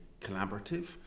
collaborative